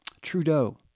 Trudeau